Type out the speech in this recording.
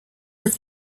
with